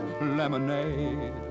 lemonade